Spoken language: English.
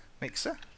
Mixer